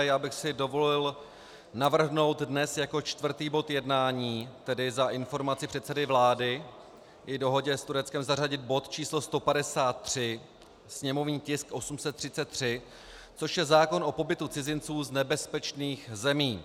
Já bych si dovolil navrhnout dnes jako čtvrtý bod jednání, a tedy za informaci předsedy vlády o dohodě s Tureckem, zařadit bod č. 153, sněmovní tisk 833, což je zákon o pobytu cizinců z nebezpečných zemí.